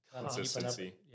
consistency